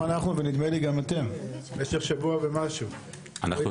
גם אנחנו ונדמה לי גם אתם במשך שבוע ומשהו והדגמנו